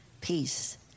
peace